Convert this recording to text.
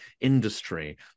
industry